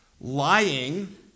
lying